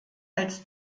als